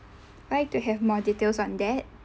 I like to have more details on that